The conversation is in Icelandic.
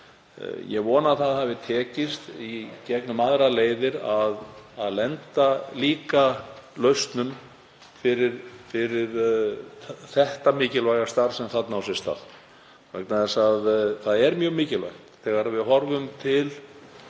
Ég vona að það hafi tekist í gegnum aðrar leiðir að lenda líka lausnum fyrir það mikilvæga starf sem þar á sér stað. Það er mjög mikilvægt þegar við horfum til